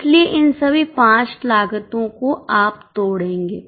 इसलिए इन सभी पांच लागतों को आप तोडेंगे